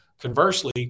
conversely